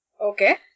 Okay